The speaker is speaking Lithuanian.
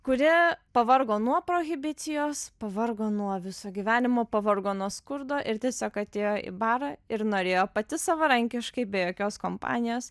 kuri pavargo nuo prohibicijos pavargo nuo viso gyvenimo pavargo nuo skurdo ir tiesiog atėjo į barą ir norėjo pati savarankiškai be jokios kompanijos